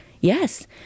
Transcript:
Yes